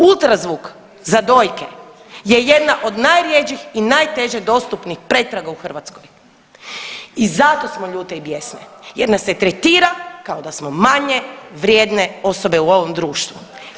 Ultrazvuk za dojke je jedna od najrjeđih i najteže dostupnih pretraga u Hrvatskoj i zato smo ljute i bijesne, jer nas se tretira kao da smo manje vrijedne osobe u ovom društvu.